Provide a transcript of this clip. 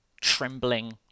trembling